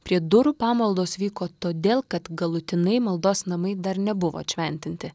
prie durų pamaldos vyko todėl kad galutinai maldos namai dar nebuvo atšventinti